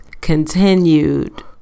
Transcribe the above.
continued